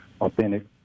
authentic